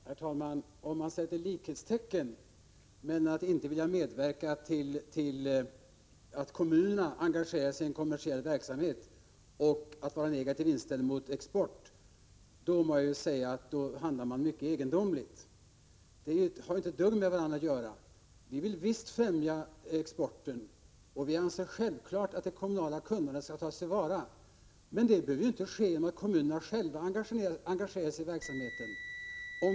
Herr talman! Jag måste säga att om man sätter likhetstecken mellan att inte vilja medverka till att kommunerna engagerar sig i en kommersiell verksamhet och att inta en negativ inställning till exporten, så handlar man mycket egendomligt. Dessa två saker har inte ett dugg med varandra att göra. Vi vill visst främja exporten, och vi anser självfallet att det kommunala kunnandet skall tas till vara. Men det behöver ju inte ske genom att kommunerna själva engagerar sig i verksamheten.